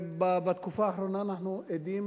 בתקופה האחרונה אנחנו עדים